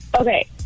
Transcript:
Okay